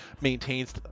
maintains